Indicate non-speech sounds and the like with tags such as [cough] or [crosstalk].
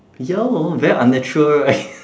ya hor very unnatural right [noise]